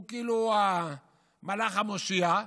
הוא כאילו המלאך המושיע,